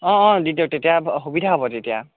অঁ অঁ দি দিয়ক তেতিয়া সুবিধা হ'ব তেতিয়া